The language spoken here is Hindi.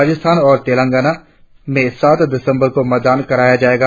राजस्थान और तेलंगाना में सात दिसम्बर को मतदान कराया जाएगा